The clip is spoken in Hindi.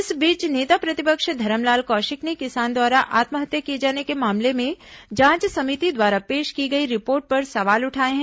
इस बीच नेता प्रतिपक्ष धरमलाल कौशिक ने किसान द्वारा आत्महत्या किए जाने के मामले में जांच सभिति द्वारा पेश की गई रिपोर्ट पर सवाल उठाए हैं